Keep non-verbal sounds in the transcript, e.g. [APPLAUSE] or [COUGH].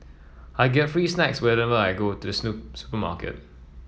I get free snacks whenever I go to [UNINTELLIGIBLE] supermarket